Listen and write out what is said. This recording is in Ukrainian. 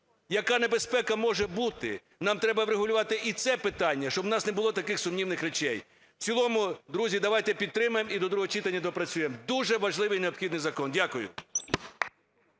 Яка небезпека може бути? Нам треба врегулювати і це питання, щоб у нас не було таких сумнівних речей. В цілому, друзі, давайте підтримаємо і до другого читання доопрацюємо. Дуже важливий і необхідний закон. Дякую.